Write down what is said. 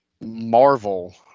Marvel